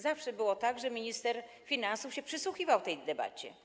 Zawsze było tak, że minister finansów przysłuchiwał się tej debacie.